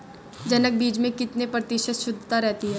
जनक बीज में कितने प्रतिशत शुद्धता रहती है?